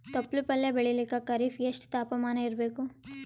ತೊಪ್ಲ ಪಲ್ಯ ಬೆಳೆಯಲಿಕ ಖರೀಫ್ ಎಷ್ಟ ತಾಪಮಾನ ಇರಬೇಕು?